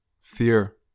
fear